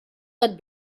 gat